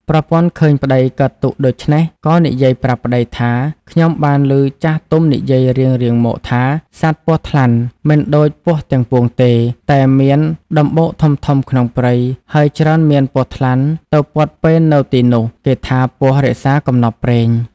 ប្រពន្ធ៎ឃើញប្ដីកើតទុក្ខដូច្នេះ ក៏និយាយប្រាប់ប្ដីថា “ ខ្ញុំបានឮចាស់ទុំនិយាយរៀងៗមកថា សត្វពស់ថ្លាន់មិនដូចពស់ទាំងពួងទេ តែមានដម្បូកធំៗក្នុងព្រៃ ហើយច្រើនមាន ពស់ថ្លាន់ទៅព័ទ្ធពេននៅទីនោះ គេថាពស់រក្សាកំណប់ព្រេង។